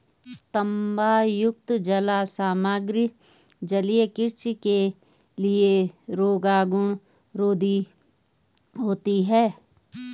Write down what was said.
तांबायुक्त जाल सामग्री जलीय कृषि के लिए रोगाणुरोधी होते हैं